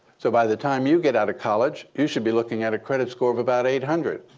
so by the time you get out of college, you should be looking at a credit score of about eight hundred.